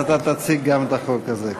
אז אתה תציג גם את החוק הזה.